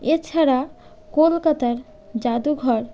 এছাড়া কলকাতার যাদুঘর